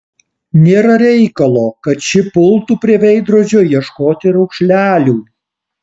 nėra reikalo kad ši pultų prie veidrodžio ieškoti raukšlelių